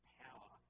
power